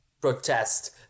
protest